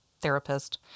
therapist